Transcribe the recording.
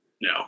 no